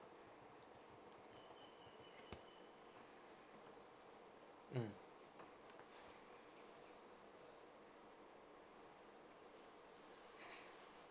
mm